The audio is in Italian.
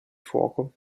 fuoco